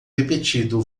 repetido